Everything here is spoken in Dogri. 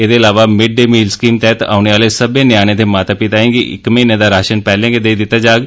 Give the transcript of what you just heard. एहदे अलावा मिड्ड डे मील स्कीम तैहत औने आहले सब्बे न्यानें दे माता पिता गी इक महिनें दा राशन पैहलें गै देई दित्ता जाग